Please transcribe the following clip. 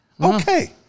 okay